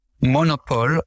monopole